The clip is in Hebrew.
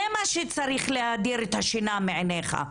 זה מה שצריך להדיר שינה מעיניך,